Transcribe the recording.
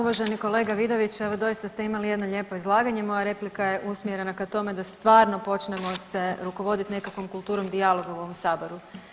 Uvaženi kolega Vidović evo doista ste imali jedno lijepo izlaganje i moja replika je usmjerena k tome da stvarno počnemo se rukovoditi nekakvom kulturom dijaloga u ovom Saboru.